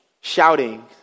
Shouting